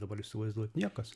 dabar įsivaizduot niekas